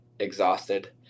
Exhausted